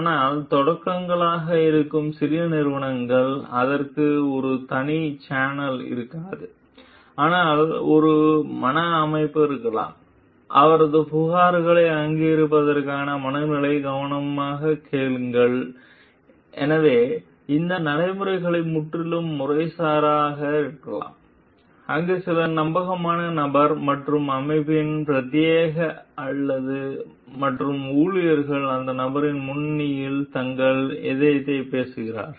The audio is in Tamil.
ஆனால் தொடக்கங்களாக இருக்கும் சிறிய நிறுவனங்களுக்கு அதற்கு ஒரு தனி சேனல் இருக்காது ஆனால் ஒரு மன அமைப்பு இருக்கலாம் அவரது புகார்களை அங்கீகரிப்பதற்கான மனநிலை கவனமாகக் கேளுங்கள் எனவே இந்த நடைமுறைகள் முற்றிலும் முறைசாராதாக இருக்கலாம் அங்கு சில நம்பகமான நபர் மற்றும் அமைப்பின் பிரதிநிதியாக மற்றும் ஊழியர்கள் அந்த நபரின் முன்னணியில் தங்கள் இதயத்தை பேசப் போகிறார்கள்